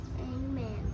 Amen